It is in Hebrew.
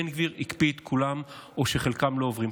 בן גביר הקפיא את כולן או שחלקן לא עוברות.